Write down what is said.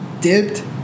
dipped